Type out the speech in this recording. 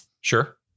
Sure